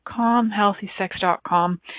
calmhealthysex.com